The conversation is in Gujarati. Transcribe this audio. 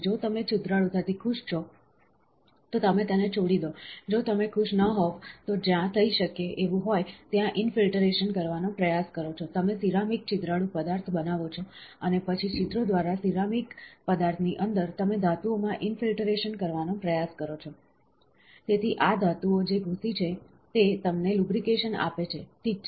જો તમે છિદ્રાળુતાથી ખુશ છો તો તેને છોડી દો જો તમે ખુશ ન હોવ તો જ્યાં થઈ શકે એવું હોય ત્યાં ઈન ફિલ્ટરેશન કરવાનો પ્રયાસ કરો છો તમે સિરામિક છિદ્રાળુ પદાર્થ બનાવો છો અને પછી છિદ્રો દ્વારા સિરામિક પદાર્થની અંદર તમે ધાતુઓમાં ઈનફિલ્ટરેશન કરવાનો પ્રયાસ કરો છો તેથી આ ધાતુઓ જે ઘૂસી છે તે તમને લુબ્રિકેશન આપે છે ઠીક છે